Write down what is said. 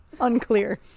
unclear